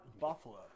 buffalo